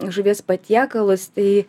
žuvies patiekalus tai